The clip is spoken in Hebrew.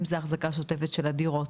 אם זה האחזקה השותפת של הדירות,